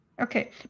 Okay